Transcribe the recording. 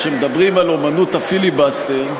כשמדברים על אמנות הפיליבסטר,